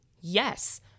Yes